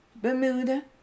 Bermuda